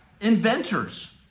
inventors